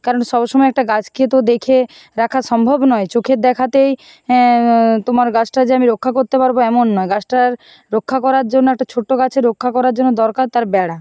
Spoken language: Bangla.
কারণ সবসময় একটা গাছকে তো দেখে রাখা সম্ভব নয় চোখের দেখাতেই তোমার গাছটা যে আমি রক্ষা করতে পারবো এমন নয় গাছটার রক্ষা করার জন্য একটা ছোট্ট গাছের রক্ষা করার জন্য দরকার তার বেড়া